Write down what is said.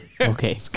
Okay